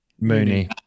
Mooney